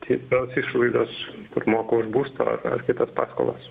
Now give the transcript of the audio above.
kitos išlaidos kur moka už būstą ar ar kitas paskolas